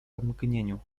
mgnieniu